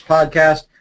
Podcast